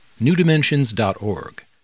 newdimensions.org